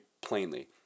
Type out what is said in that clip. plainly